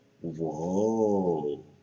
whoa